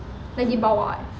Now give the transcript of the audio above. lagi bawah eh